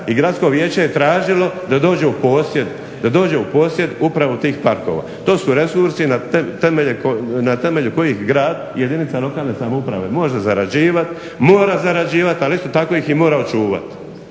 i gradsko vijeće tražilo da dođe u posjed upravo tih parkova. To su resursi na temelju kojih grad jedinica lokalne samouprave može zarađivati, mora zarađivati ali isto tako ih i mora očuvati.